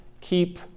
keep